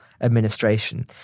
administration